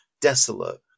desolate